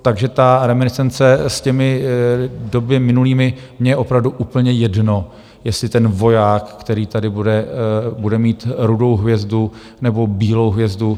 Takže ta reminiscence s těmi dobami minulými mně je opravdu úplně jedno, jestli ten voják, který tady bude, bude mít rudou hvězdu, nebo bílou hvězdu.